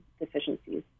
deficiencies